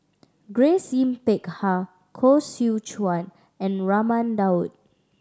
Grace Yin Peck Ha Koh Seow Chuan and Raman Daud